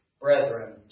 brethren